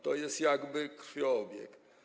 To jest jakby krwiobieg.